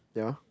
yeah